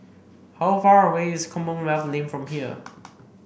how far away is Commonwealth Lane from here